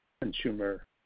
consumer